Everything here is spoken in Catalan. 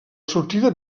sortida